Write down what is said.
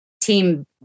team